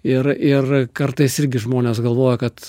ir ir kartais irgi žmonės galvoja kad